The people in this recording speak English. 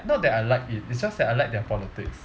not that I like it it's just that I like their politics